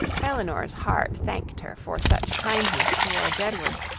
elinor's heart thanked her for such kindness towards edward,